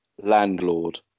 landlord